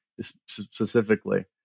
specifically